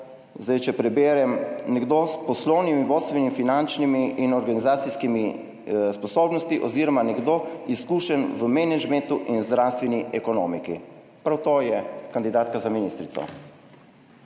zdaj, če preberem, nekdo s poslovnimi, vodstvenimi, finančnimi in organizacijskimi sposobnost oziroma nekdo izkušen v menedžmentu in zdravstveni ekonomiki, prav to je kandidatka za ministrico.